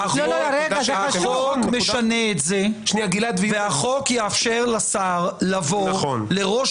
החוק משנה את זה והחוק יאפשר לשר לבוא לראש